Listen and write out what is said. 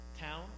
town